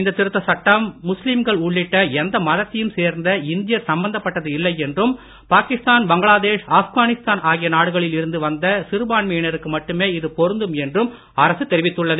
இந்த திருத்தச் சட்டம் முஸ்லீம்கள் உள்ளிட்ட எந்த மதத்தையும் சேர்ந்த இந்தியர் சம்பந்தப்பட்டது இல்லை என்றும் பாகிஸ்தான் பங்களாதேஷ் ஆப்கானிஸ்தான் ஆகிய நாடுகளில் இருந்து வந்த சிறுபான்மையினருக்கு மட்டுமே இது பொருந்தும் என்றும் அரசு தெரிவித்துள்ளது